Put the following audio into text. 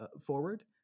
forward